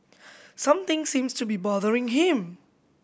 something seems to be bothering him